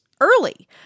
early